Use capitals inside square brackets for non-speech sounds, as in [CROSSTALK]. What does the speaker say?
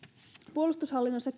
puolustushallinnossa [UNINTELLIGIBLE]